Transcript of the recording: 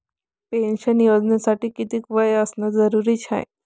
Pension योजनेसाठी कितीक वय असनं जरुरीच हाय?